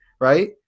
right